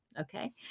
Okay